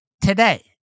today